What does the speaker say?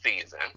season